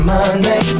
Monday